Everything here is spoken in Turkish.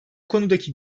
konudaki